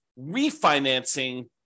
refinancing